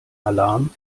alarm